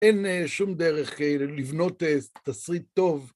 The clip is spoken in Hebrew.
אין שום דרך לבנות תסריט טוב.